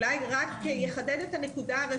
אולי היה צריך לבנות את זה,